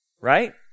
right